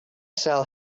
sell